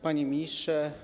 Panie Ministrze!